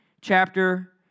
chapter